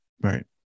Right